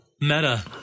Meta